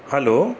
hello